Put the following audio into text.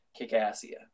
Kikassia